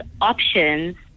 options